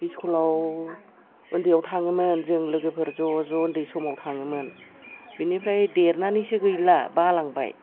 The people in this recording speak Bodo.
स्कुलाव उन्दैयाव थाङोमोन जों लोगोफोर ज'ज' उन्दै समाव थाङोमोन बिनिफ्राय देरनानैसो गैला बालांबाय